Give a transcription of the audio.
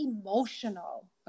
emotional